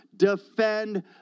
defend